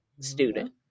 student